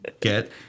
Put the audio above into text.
get